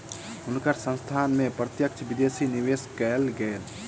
हुनकर संस्थान में प्रत्यक्ष विदेशी निवेश कएल गेल